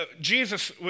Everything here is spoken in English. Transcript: Jesus